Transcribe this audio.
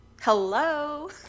Hello